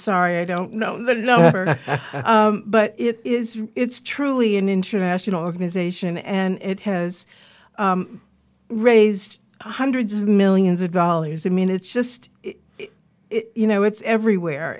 sorry i don't know that you know but it is it's truly an international organization and it has raised hundreds of millions of dollars i mean it's just you know it's everywhere